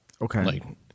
Okay